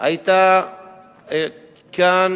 היתה כאן